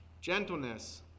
gentleness